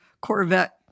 Corvette